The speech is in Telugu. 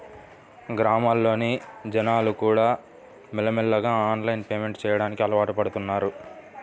గ్రామాల్లోని జనాలుకూడా మెల్లమెల్లగా ఆన్లైన్ పేమెంట్ చెయ్యడానికి అలవాటుపడుతన్నారు